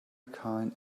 kind